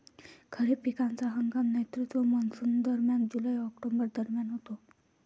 खरीप पिकांचा हंगाम नैऋत्य मॉन्सूनदरम्यान जुलै ऑक्टोबर दरम्यान होतो